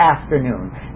afternoon